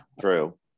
true